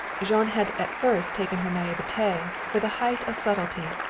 jean had at first taken her naivete for the height of subtlety.